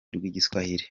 rw’igiswahili